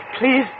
Please